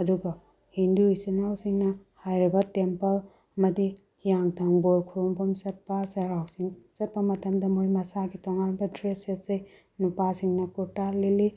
ꯑꯗꯨꯒ ꯍꯤꯟꯗꯨ ꯏꯆꯤꯟ ꯏꯅꯥꯎ ꯁꯤꯡꯅ ꯍꯥꯏꯔꯤꯕ ꯇꯦꯝꯄꯜ ꯑꯃꯗꯤ ꯍꯤꯌꯥꯡꯊꯥꯡ ꯕꯣꯔ ꯈꯨꯔꯨꯝꯐꯝ ꯆꯠꯄ ꯆꯩꯔꯥꯎ ꯆꯤꯡ ꯆꯠꯄ ꯃꯇꯝꯗ ꯃꯣꯏ ꯃꯁꯥꯒꯤ ꯇꯣꯉꯥꯟꯕ ꯗ꯭ꯔꯦꯁ ꯁꯦꯠꯆꯩ ꯅꯨꯄꯥꯁꯤꯡꯅ ꯀꯨꯔꯇꯥ ꯂꯤꯠꯂꯤ